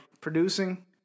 producing